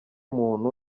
muntu